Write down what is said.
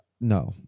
No